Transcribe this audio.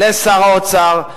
לשר האוצר,